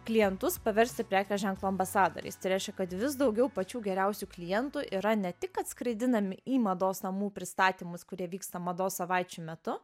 klientus paversti prekės ženklo ambasadoriais tai reiškia kad vis daugiau pačių geriausių klientų yra ne tik atskraidinami į mados namų pristatymus kurie vyksta mados savaičių metu